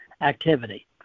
activity